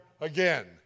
again